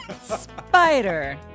Spider